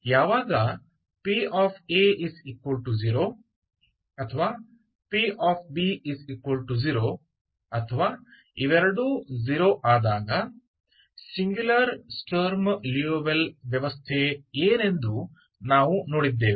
ಯಾವಾಗ p0 ಅಥವಾ p0 ಅಥವಾ ಇವೆರಡೂ 0 ಆದಾಗ ಸಿಂಗುಲರ್ ಸ್ಟರ್ಮ್ ಲಿಯೋವಿಲ್ಲೆ ವ್ಯವಸ್ಥೆ ಏನೆಂದು ನಾವು ನೋಡಿದ್ದೇವೆ